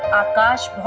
akash.